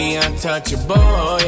untouchable